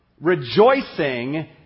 rejoicing